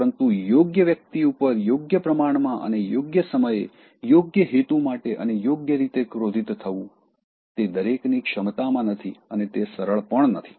પરંતુ યોગ્ય વ્યક્તિ ઉપર યોગ્ય પ્રમાણમાં અને યોગ્ય સમયે યોગ્ય હેતુ માટે અને યોગ્ય રીતે ક્રોધિત થવું તે દરેકની ક્ષમતામાં નથી અને તે સરળ પણ નથી